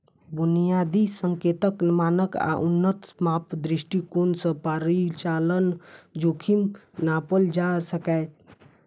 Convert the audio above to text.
बुनियादी संकेतक, मानक आ उन्नत माप दृष्टिकोण सं परिचालन जोखिम नापल जा सकैए